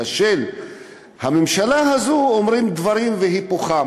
של הממשלה הזו אומרים דברים והיפוכם?